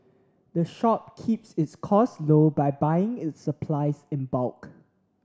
the shop keeps its costs low by buying its supplies in bulk